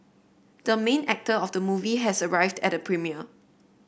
the main actor of the movie has arrived at the premiere